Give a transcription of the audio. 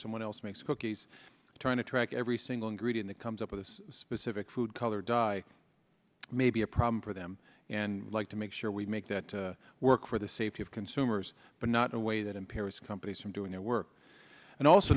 someone else makes cookies trying to track every single ingredient that comes up with a specific food color dye may be a problem for them and like to make sure we make that work for the safety of consumers but not in a way that impairs companies from doing their work and also